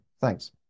thanks